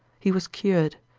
he was cured.